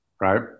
right